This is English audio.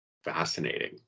Fascinating